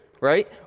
right